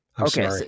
Okay